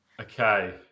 Okay